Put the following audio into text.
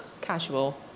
Casual